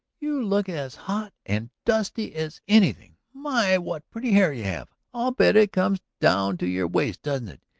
you look as hot and dusty as anything. my, what pretty hair you have i'll bet it comes down to your waist, doesn't it?